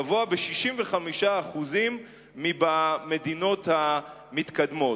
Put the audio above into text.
גבוה ב-65% מבמדינות המתקדמות.